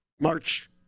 March